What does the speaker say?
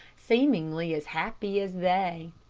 seemingly as happy as they,